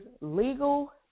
legal